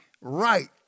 right